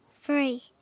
three